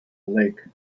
lake